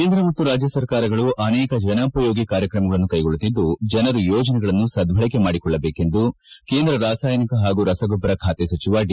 ಕೇಂದ್ರ ಮತ್ತು ರಾಜ್ಯ ಸರ್ಕಾರಗಳು ಅನೇಕ ಜನೋಪಯೋಗಿ ಕಾರ್ಯಕ್ರಮಗಳನ್ನು ಕೈಗೊಳ್ಳುತ್ತಿದ್ದು ಜನರು ಯೋಜನೆಗಳನ್ನು ಸದ್ದಳಕೆ ಮಾಡಿಕೊಳ್ಳಬೇಕೆಂದು ಕೇಂದ್ರ ರಾಸಾಯನಿಕ ಹಾಗೂ ರಸಗೊಬ್ಬರ ಖಾತೆ ಸಚಿವ ಡಿ